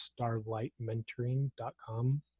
starlightmentoring.com